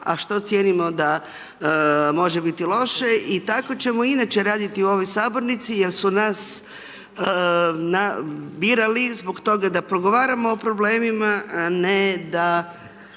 a šta cijenimo da može biti loše. I tako ćemo i inače raditi u ovoj sabornici jer su nas birali zbog toga da progovaramo o problemima a ne da